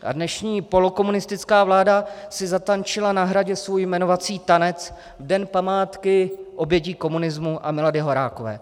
Ta dnešní polokomunistická vláda si zatančila na Hradě svůj jmenovací tanec v den památky obětí komunismu a Milady Horákové.